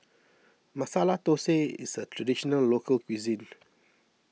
Masala Dosa is a Traditional Local Cuisine